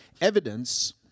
Evidence